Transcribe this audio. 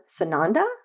Sananda